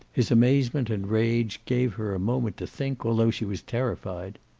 his amazement and rage gave her a moment to think, although she was terrified.